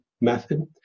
method